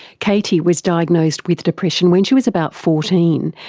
katie was diagnosed with depression when she was about fourteen,